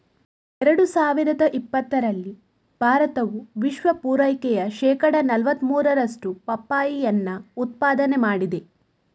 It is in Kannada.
ಎರಡು ಸಾವಿರದ ಇಪ್ಪತ್ತರಲ್ಲಿ ಭಾರತವು ವಿಶ್ವ ಪೂರೈಕೆಯ ಶೇಕಡಾ ನಲುವತ್ತ ಮೂರರಷ್ಟು ಪಪ್ಪಾಯಿಯನ್ನ ಉತ್ಪಾದನೆ ಮಾಡಿದೆ